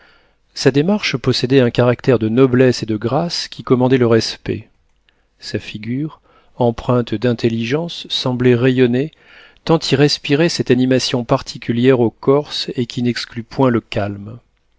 sa démarche possédait un caractère de noblesse et de grâce qui commandait le respect sa figure empreinte d'intelligence semblait rayonner tant y respirait cette animation particulière aux corses et qui n'exclut point le calme